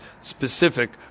specific